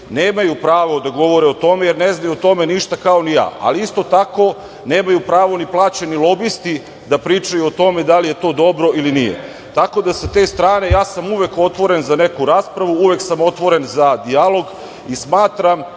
nemaju pravo da govore o tome, jer ne znaju o tome ništa kao ni ja, ali isto tako nemaju pravo ni plaćeni lobisti da pričaju o tome da li je to dobro ili nije. Tako da sa te strane, ja sam uvek otvoren za neku raspravu, uvek sam otvoren za dijalog i smatram